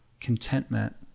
contentment